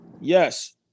Yes